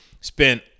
spent